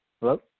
Hello